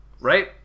Right